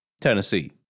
Tennessee